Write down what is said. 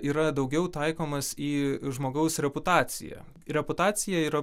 yra daugiau taikomas į žmogaus reputaciją reputacija yra